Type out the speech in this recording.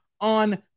on